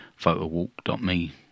photowalk.me